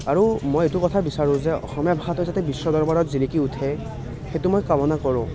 আৰু মই এইটো কথা বিচাৰোঁ যে অসমীয়া ভাষাটো যাতে বিশ্ব দৰবাৰত জিলিকি উঠে সেইটো মই কামনা কৰোঁ